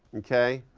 okay?